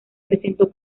presentó